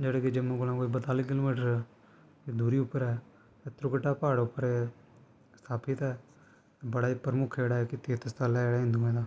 जेह्ड़ा कि जम्मू कोला कोई बताली किलोमीटर दूरी उप्पर ऐ ते त्रिकुटा प्हाड़ उप्पर एह् स्थापित ऐ बड़ा गै प्रमुख जेह्ड़ा इक तीर्थ स्थल ऐ हिंदुएं दा